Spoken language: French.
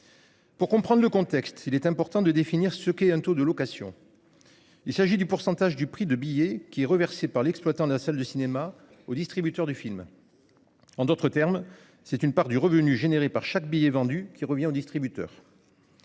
Pour comprendre le contexte il est important de définir ce qu'est un taux de location. Il s'agit du pourcentage du prix de billet qui est reversée par l'exploitant de la salle de cinéma au distributeur du film. En d'autres termes, c'est une part du revenu généré par chaque billet vendu qui revient au distributeur.